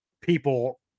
people